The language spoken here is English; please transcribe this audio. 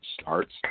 starts